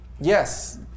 Yes